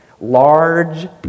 Large